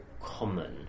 common